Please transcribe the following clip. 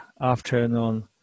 afternoon